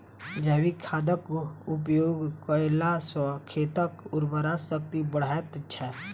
जैविक खादक उपयोग कयला सॅ खेतक उर्वरा शक्ति बढ़ैत छै